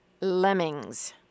lemmings